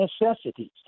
necessities